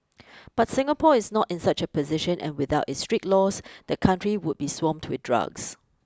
but Singapore is not in such a position and without its strict laws the country would be swamped with drugs